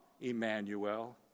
Emmanuel